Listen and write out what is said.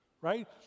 right